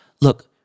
look